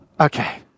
Okay